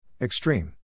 Extreme